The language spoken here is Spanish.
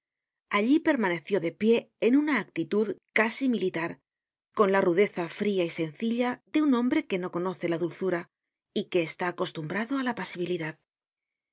allí permaneció de pie en una actitud casi militar con la rudeza fria y sencilla de un hombre que no conoce la dulzura y que está acostumbrado á la pasibilidad